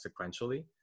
sequentially